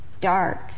dark